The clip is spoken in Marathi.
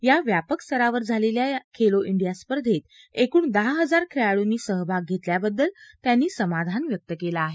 या व्यापक स्तरावर झालेल्या या खेलो डिया स्पर्धेत एकूण दहा हजार खेळाड्रंनी सहभाग घेतल्याबद्दल त्यांनी समाधान व्यक्त केलं आहे